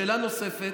שאלה נוספת: